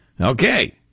okay